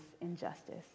injustice